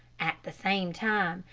at the same time,